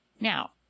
Now